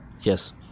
Yes